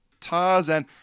Tarzan